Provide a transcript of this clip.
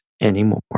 anymore